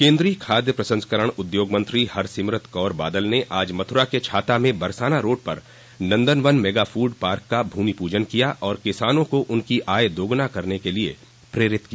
केन्द्रीय खाद्य प्रसंस्करण उद्योग मंत्री हरसिमरत कौर बादल ने आज मथुरा के छाता में बरसाना रोड पर नन्दनवन मेगा फूड पार्क का भूमि पूजन किया और किसानों को उनकी आय दोगुना करने के लिए प्रेरित किया